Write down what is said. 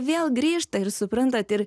vėl grįžta ir suprantat ir